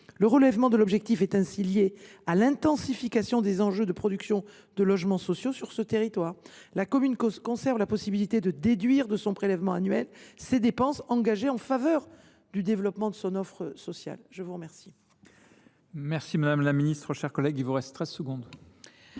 Le relèvement de l’objectif est ainsi lié à l’intensification des enjeux de production de logements sociaux sur ce territoire. La commune conserve la possibilité de déduire de son prélèvement annuel ses dépenses engagées en faveur du développement d’une offre sociale. La parole